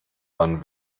wann